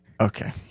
Okay